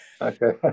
okay